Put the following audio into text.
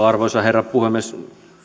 arvoisa herra puhemies